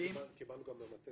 קיבלנו גם מהמטה